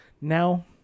Now